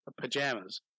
pajamas